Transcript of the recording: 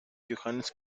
johannes